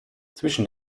zwischen